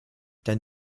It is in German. dein